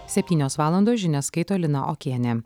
septynios valandos žinias skaito lina okienė